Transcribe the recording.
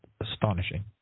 astonishing